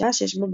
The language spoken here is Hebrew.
בשעה שש בבוקר.